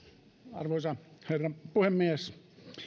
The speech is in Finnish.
arvoisa herra puhemies